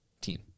team